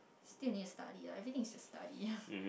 still need study lah everything is still study